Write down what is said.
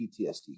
PTSD